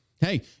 Hey